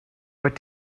what